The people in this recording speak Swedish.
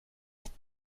ett